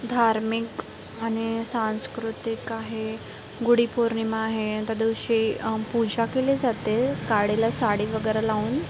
धार्मिक आणि सांस्कृतिक आहे गुढीपौर्णिमा आहे त्यादिवशी पूजा केली जाते काडीला साडी वगैरे लावून